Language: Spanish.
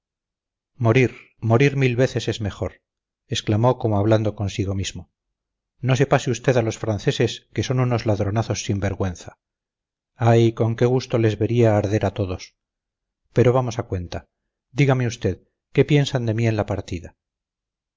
morir morir mil veces es mejor exclamó como hablando consigo mismo no se pase usted a los franceses que son unos ladronazos sin vergüenza ay con qué gusto les vería arder a todos pero vamos a cuenta dígame usted qué piensan de mí en la partida